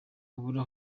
abura